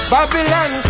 Babylon